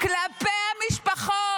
כלפי המשפחות.